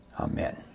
Amen